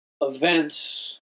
events